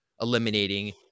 eliminating